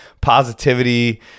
positivity